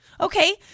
Okay